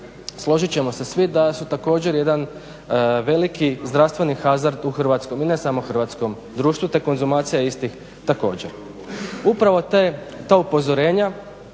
složit ćemo se svi da su također jedan veliki zdravstveni hazard u hrvatskom i ne samo hrvatskom društvu, te konzumacija istih također. Upravo ta upozorenja